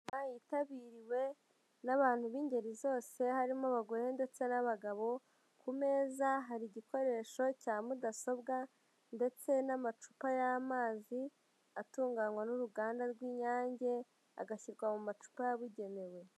Inama yitabiriwe n'abantu b'ingeri zose, harimo abagore ndetse n'abagabo, ku meza hari igikoresho cya mudasobwa ndetse n'amacupa y'amazi atunganywa n'uruganda rw'inyange, agashyirwa mu macupa yabugenewe.